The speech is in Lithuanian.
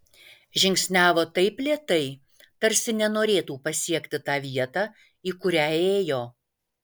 žingsniavo taip lėtai tarsi nenorėtų pasiekti tą vietą į kurią ėjo